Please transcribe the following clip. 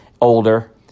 older